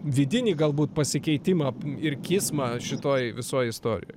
vidinį galbūt pasikeitimą ir kismą šitoj visoj istorijoj